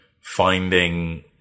Finding